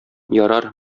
ярар